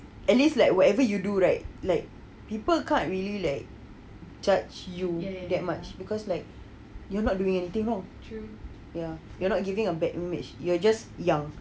at least like whatever you do right like people can't really like judge you that much because like you're not doing anything wrong ya you're not giving a bad image you're just young